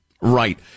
Right